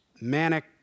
manic